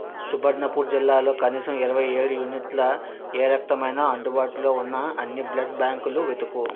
సుబర్ణపూర్ జిల్లాలో కనీసం ఇరవై ఏడు యూనిట్ల ఏ రక్తమైన అందుబాటులో ఉన్న అన్ని బ్లడ్ బ్యాంకులు వెతుకు